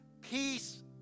peace